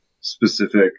specific